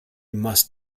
must